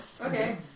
okay